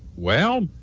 well,